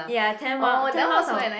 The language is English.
ya ten miles ten miles of